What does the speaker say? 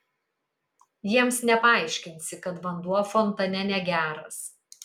jiems nepaaiškinsi kad vanduo fontane negeras